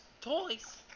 toys